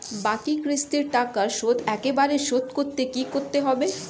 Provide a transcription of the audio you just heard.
বাকি কিস্তির টাকা শোধ একবারে শোধ করতে কি করতে হবে?